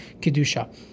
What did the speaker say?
Kedusha